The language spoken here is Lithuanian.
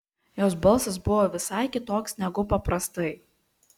jos balsas buvo visai kitoks negu paprastai